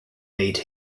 made